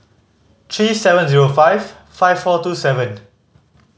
three seven zero five five four two seven